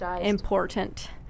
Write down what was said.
important